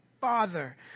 Father